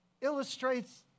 illustrates